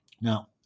Now